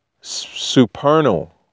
supernal